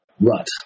rut